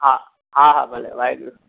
हा हा हा भले वाहेगुरु